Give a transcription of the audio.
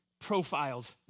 profiles